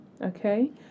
okay